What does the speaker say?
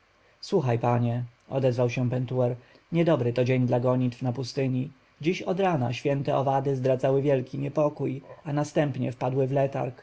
słuchaj panie odezwał się pentuer niedobry to dzień dla gonitw na pustyni dziś od rana święte owady zdradzały wielki niepokój a następnie wpadły w letarg